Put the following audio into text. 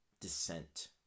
descent